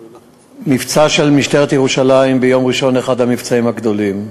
המבצע של משטרת ירושלים ביום ראשון היה אחד המבצעים הגדולים.